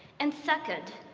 and second,